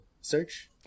search